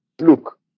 Look